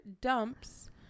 dumps